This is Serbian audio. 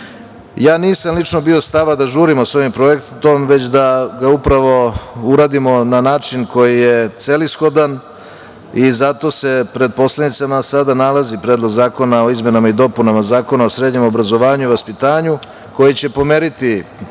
nisam bio stava da žurimo sa ovim projektom, već da ga upravo uradimo na način koji je celishodan. Zato se pred poslanicima sada nalazi Predlog zakona o izmenama i dopunama Zakona o srednjem obrazovanju i vaspitanju, koji će pomeriti taj